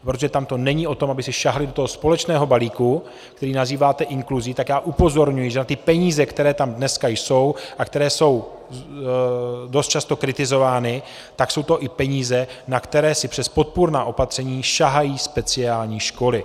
Protože tam to není o tom, aby si sáhly do toho společného balíku, který nazýváte inkluzí, tak já upozorňuji, že na ty peníze, které tam dneska jsou a které jsou dost často kritizovány, tak jsou to i peníze, na které si přes podpůrná opatření sahají speciální školy.